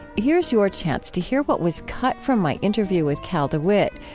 here's your chance to hear what was cut from my interview with cal dewitt.